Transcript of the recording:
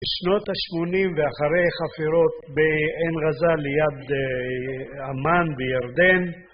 בשנות ה-80 ואחרי חפירות בעין רזה ליד עמאן בירדן